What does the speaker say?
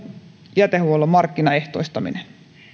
jätehuollon markkinaehtoistaminen